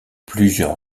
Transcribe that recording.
plusieurs